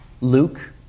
Luke